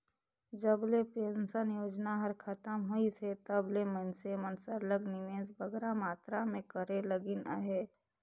जब ले पेंसन योजना हर खतम होइस हे तब ले मइनसे मन सरलग निवेस बगरा मातरा में करे लगिन अहे